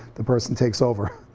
the person takes over.